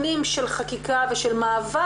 שנים של חקיקה, ושל מאבק